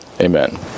Amen